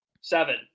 Seven